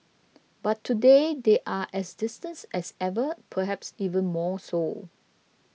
but today they are as distance as ever perhaps even more so